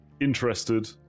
interested